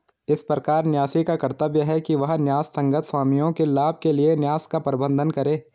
इस प्रकार न्यासी का कर्तव्य है कि वह न्यायसंगत स्वामियों के लाभ के लिए न्यास का प्रबंधन करे